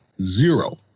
Zero